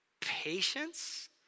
patience